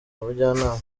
ubujyanama